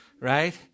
right